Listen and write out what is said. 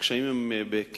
הקשיים הם בהיקף